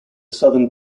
southern